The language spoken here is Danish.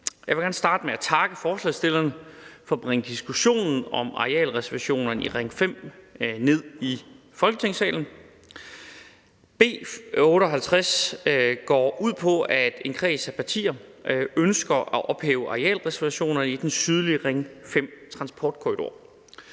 Jeg vil gerne starte med at takke forslagsstillerne for at bringe diskussionen om arealreservationerne i Ring 5-transportkorridoren ned i Folketingssalen. B 58 går ud på, at en kreds af partier ønsker at ophæve arealreservationerne i den sydlige Ring 5-transportkorridor.